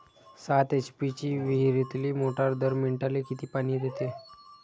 सात एच.पी ची विहिरीतली मोटार दर मिनटाले किती पानी देते?